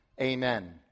Amen